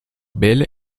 belle